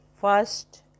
first